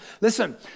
listen